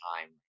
time